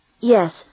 Yes